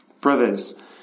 Brothers